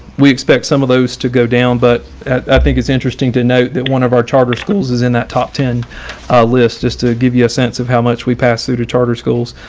we expect some of those to go down. but i think it's interesting to note that one of our charter schools is in that top ten list just to give you a sense of how much we pass through to charter schools.